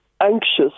anxious